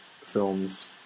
films